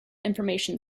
information